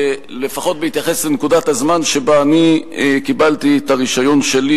לפחות בהתייחס לנקודת הזמן שבה אני קיבלתי את הרשיון שלי,